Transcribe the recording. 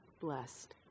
blessed